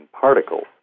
particles